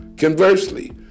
Conversely